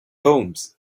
homes